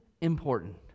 important